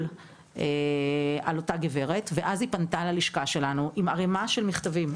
על אותה גברת ואז היא פנתה ללשכה שלנו עם ערימה של מכתבים,